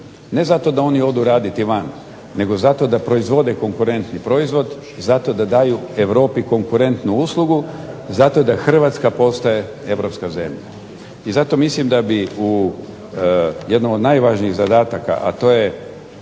Ne zato da oni odu raditi van, nego zato da proizvode konkurentni proizvod, zato da daju Europi konkurentnu uslugu, zato da Hrvatska postaje Europska zemlja. I zato mislim da bi u jednom od najvažnijih zadataka a to je